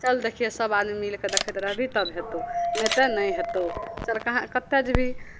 चल देखियै सभ आदमी मिलि कऽ देखैत रहबिही तब हेतौ नहि तऽ नहि हेतौ चल कहाँ कतहु जयबिही